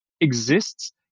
exists